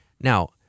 now